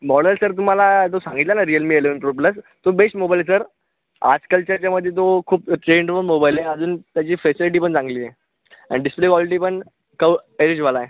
model sir तुम्हाला तो सांगितलं नं रिअलमी एलेवन प्रो प्लस तो बेस्ट मोबाइल आहे सर आजकालच्या याच्यामध्ये जो खूप ट्रेंडवर मोबाईल आहे अजून त्याची फॅसीलिटी पण चांगली आहे आणि डिस्प्ले क्वॉलिटी पण कव एजवाला आहे